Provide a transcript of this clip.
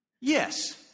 Yes